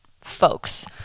folks